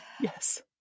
Yes